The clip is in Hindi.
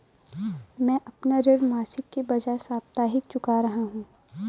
मैं अपना ऋण मासिक के बजाय साप्ताहिक चुका रहा हूँ